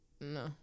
No